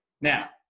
Now